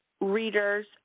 readers